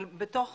אבל בתוך